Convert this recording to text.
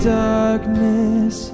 darkness